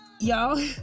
y'all